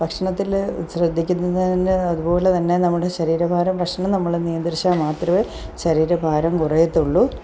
ഭക്ഷണത്തിൽ ശ്രദ്ധിക്കുന്നതിൻ്റെ അതുപോലെ തന്നെ നമ്മുടെ ശരീരഭാരം ഭക്ഷണം നമ്മൾ നിയന്ത്രിച്ചാൽ മാത്രമേ ശരീരഭാരം കുറയുള്ളൂ